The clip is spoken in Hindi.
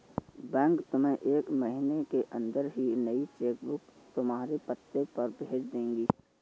बैंक तुम्हें एक महीने के अंदर ही नई चेक बुक तुम्हारे पते पर भेज देगी